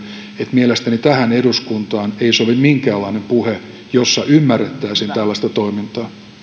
mielestäni tähän eduskuntaan ei sovi minkäänlainen puhe jossa ymmärrettäisiin tällaista toimintaa